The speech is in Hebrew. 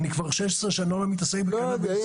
כבר 16 שנה אני לא מתעסק בקנביס.